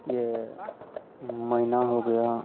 यह मैना हो गया